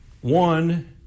One